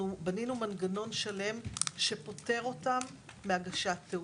המלחמה אנחנו בנינו מנגנון שלם שפוטר אותם מהגשת תעודות.